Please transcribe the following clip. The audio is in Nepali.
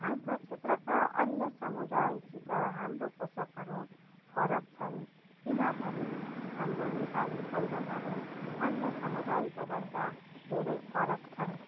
हाम्रो क्षेत्रका अन्य समुदायसित हाम्रो पोसाकहरू फरक छन् किनभने हाम्रो नेपाली पहिरनहरू अन्य समुदायकोभन्दा धेरै फरक छन्